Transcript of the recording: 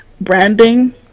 branding